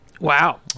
Wow